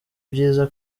byiza